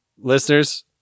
listeners